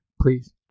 Please